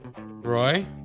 Roy